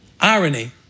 irony